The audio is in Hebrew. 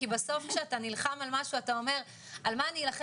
כי בסוף כשאתה נלחם על משהו אתה אומר על מה אני אלחם